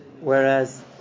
Whereas